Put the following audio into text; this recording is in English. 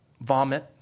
vomit